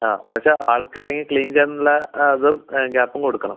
ആ പക്ഷെ ആൾക്ക് ഇറങ്ങി ക്ലീൻ ചെയ്യാൻ ഉള്ള അതും ഗ്യാപ്പും കൊടുക്കണം